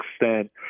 extent